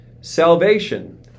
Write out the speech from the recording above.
Salvation